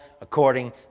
according